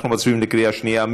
אנחנו מצביעים בקריאה שנייה.